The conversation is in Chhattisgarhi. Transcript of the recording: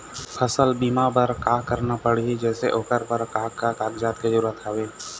फसल बीमा बार का करना पड़ही जैसे ओकर बर का का कागजात के जरूरत हवे?